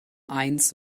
eins